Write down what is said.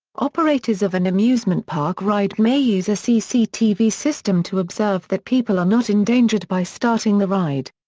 operators of an amusement park ride may use a cctv system to observe that people are not endangered by starting the ride.